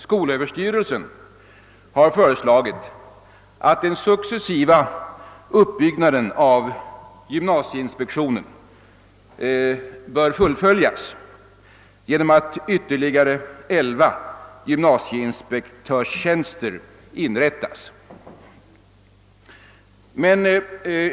Skolöverstyrelsen har föreslagit att den successiva uppbyggnaden av gymnasieinspektionen skall fullföljas genom att ytterligare elva gymnasieinspektörstjänster inrättas.